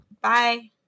Bye